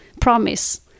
promise